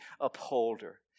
upholder